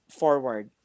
forward